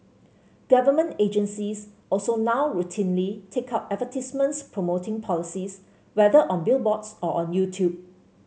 government agencies also now routinely take out advertisements promoting policies whether on billboards or on YouTube